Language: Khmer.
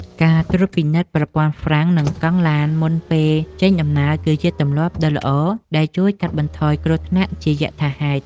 ការត្រួតពិនិត្យប្រព័ន្ធហ្វ្រាំងនិងកង់ឡានមុនពេលចេញដំណើរគឺជាទម្លាប់ដ៏ល្អដែលជួយកាត់បន្ថយគ្រោះថ្នាក់ជាយថាហេតុ។